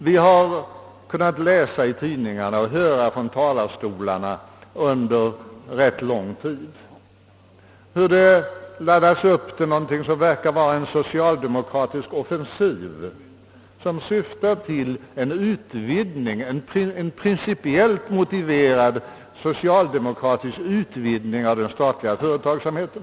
Vi har kunnat läsa i tidningarna och höra från talarstolarna under rätt lång tid nu hur en uppladdning sker till något som verkar vara en socialdemokratisk offensiv som med principiella motiveringar syftar till en omfattande utvidgning av den statliga företagsamheten.